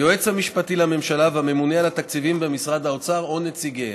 היועץ המשפטי לממשלה והממונה על התקציבים במשרד האוצר או נציגיהם.